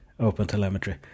OpenTelemetry